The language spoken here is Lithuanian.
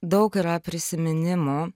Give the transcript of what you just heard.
daug yra prisiminimų